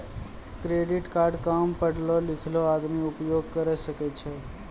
Credit card काम पढलो लिखलो आदमी उपयोग करे सकय छै?